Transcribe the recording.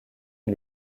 est